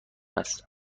است